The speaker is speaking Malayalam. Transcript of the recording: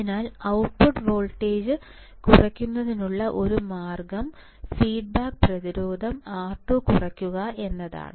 അതിനാൽ ഔട്ട്പുട്ട് വോൾട്ടേജ് കുറയ്ക്കുന്നതിനുള്ള ഒരു മാർഗ്ഗം ഫീഡ്ബാക്ക് പ്രതിരോധം R2 കുറയ്ക്കുക എന്നതാണ്